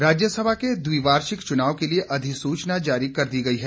अधिसूचना राज्यसभा के द्विवार्षिक चुनाव के लिए अधिसूचना जारी कर दी है